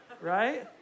Right